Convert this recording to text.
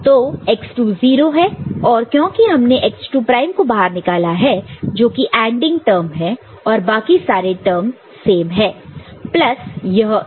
तो x2 0 है और क्योंकि हमने x2 प्राइम को बाहर निकाला है जो कि ANDing टर्म है और बाकी सारे टर्म सेम है प्लस यह एक